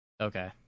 Okay